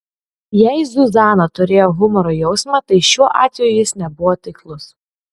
jei zuzana turėjo humoro jausmą tai šiuo atveju jis nebuvo taiklus